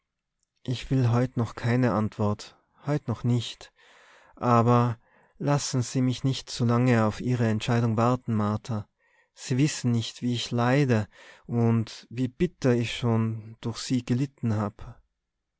ich will heut noch keine antwort heut noch nicht aber lassen sie mich nicht zu lange auf ihre entscheidung warten martha sie wissen nicht wie ich leide und wie bitter ich schon durch sie gelitten hab